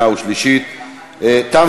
אני קובע כי הצעת חוק נכי רדיפות הנאצים (תיקון מס'